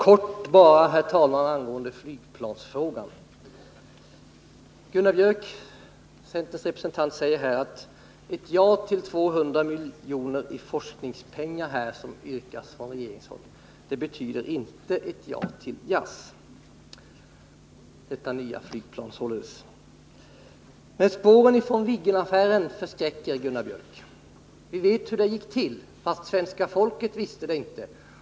Herr talman! Jag skall bara göra en kort kommentar angående flygplansfrågan. Centerns representant Gunnar Björk i Gävle säger att ett ja till 200 milj.kr. i forskningspengar, som yrkas av regeringen. inte betyder ett ja till JAS. detta nya flygplan. Men spåren från Viggenaffären förskräcker. Gunnar Björk. Vi vet hur det gick till där — men svenska folket visste det inte.